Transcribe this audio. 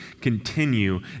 continue